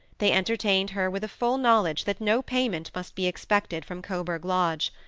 they entertained her with a full knowledge that no payment must be expected from coburg lodge.